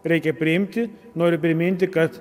reikia priimti noriu priminti kad